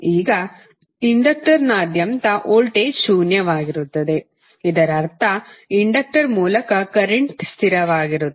ಈಗ ಇಂಡಕ್ಟರ್ನಾದ್ಯಂತ ವೋಲ್ಟೇಜ್ ಶೂನ್ಯವಾಗಿರುತ್ತದೆ ಇದರರ್ಥ ಇಂಡಕ್ಟರ್ ಮೂಲಕ ಕರೆಂಟ್ ಸ್ಥಿರವಾಗಿರುತ್ತದೆ